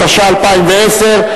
התש"ע 2010,